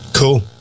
Cool